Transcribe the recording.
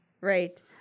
Right